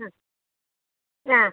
ആ ആ